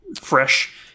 fresh